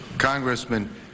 Congressman